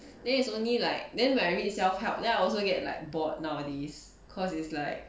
then there's only like then when I read self help then I also get like board nowadays cause it's like